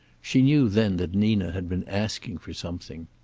she knew then that nina had been asking for something.